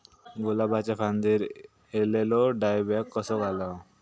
गुलाबाच्या फांदिर एलेलो डायबॅक कसो घालवं?